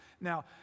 Now